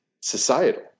societal